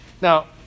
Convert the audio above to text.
Now